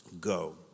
Go